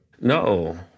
No